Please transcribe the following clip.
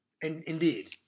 indeed